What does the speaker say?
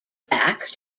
back